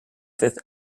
fifth